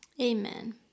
Amen